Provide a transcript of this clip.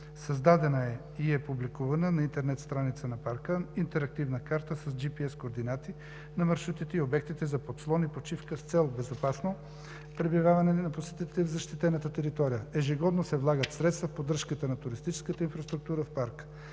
Създадена е и е публикувана на интернет страницата на парка интерактивна карта с GPS координати на маршрутите и обектите за подслон и почивка с цел безопасно пребиваване на посетители в защитената територия. Ежегодно се влагат средства в поддръжката на туристическата инфраструктура в парка.